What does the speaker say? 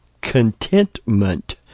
contentment